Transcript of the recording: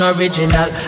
Original